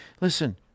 listen